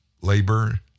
Labor